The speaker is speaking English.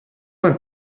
went